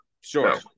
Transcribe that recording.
Sure